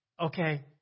okay